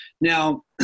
Now